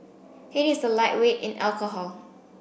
he is a lightweight in alcohol